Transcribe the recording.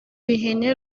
ihene